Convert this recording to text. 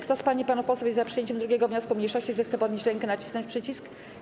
Kto z pań i panów posłów jest za przyjęciem 2. wniosku mniejszości, zechce podnieść rękę i nacisnąć przycisk.